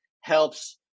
helps